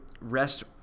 Rest